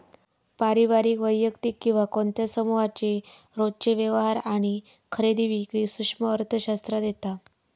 पारिवारिक, वैयक्तिक किंवा कोणत्या समुहाचे रोजचे व्यवहार आणि खरेदी विक्री सूक्ष्म अर्थशास्त्रात येता